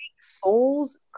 souls